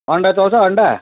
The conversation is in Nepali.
अन्डा चल्छ अन्डा